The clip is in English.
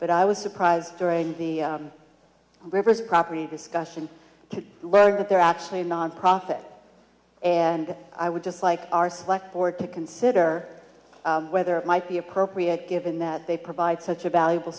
but i was surprised during the property discussion to learn that they're actually a nonprofit and i would just like our select board to consider whether it might be appropriate given that they provide such a valuable